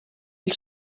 ell